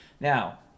now